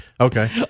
Okay